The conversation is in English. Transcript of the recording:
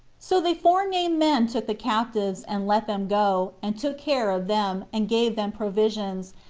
so the forenamed men took the captives, and let them go, and took care of them, and gave them provisions,